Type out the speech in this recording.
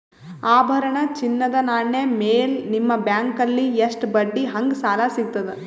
ಆಭರಣ, ಚಿನ್ನದ ನಾಣ್ಯ ಮೇಲ್ ನಿಮ್ಮ ಬ್ಯಾಂಕಲ್ಲಿ ಎಷ್ಟ ಬಡ್ಡಿ ಹಂಗ ಸಾಲ ಸಿಗತದ?